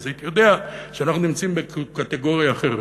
אז הייתי יודע שאנחנו נמצאים בקטגוריה אחרת,